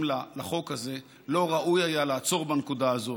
לה בחוק הזה לא ראוי היה לעצור בנקודה הזאת?